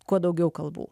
kuo daugiau kalbų